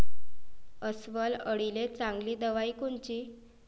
अस्वल अळीले चांगली दवाई कोनची?